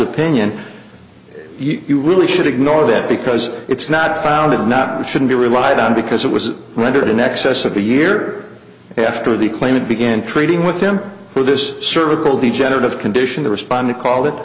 opinion you really should ignore that because it's not founded and not shouldn't be relied on because it was rendered in excess of a year after the claimant began trading with him for this cervical degenerative condition to respond to called it